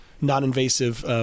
non-invasive